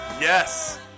Yes